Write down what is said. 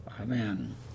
Amen